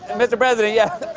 and mr. president. yes.